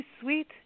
sweet